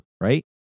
Right